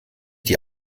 die